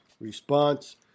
Response